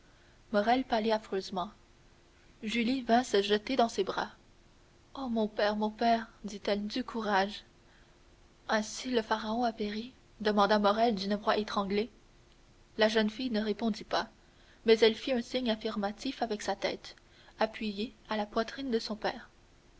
pâlit affreusement julie vint se jeter dans ses bras ô mon père mon père dit-elle du courage ainsi le pharaon a péri demanda morrel d'une voix étranglée la jeune fille ne répondit pas mais elle fit un signe affirmatif avec sa tête appuyée à la poitrine de son père